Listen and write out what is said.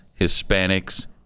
Hispanics